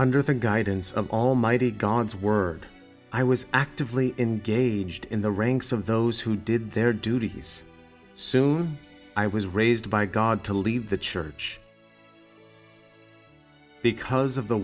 under the guidance of almighty god's word i was actively engaged in the ranks of those who did their duties soon i was raised by god to leave the church because of the